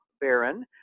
baron